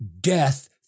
death